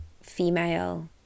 female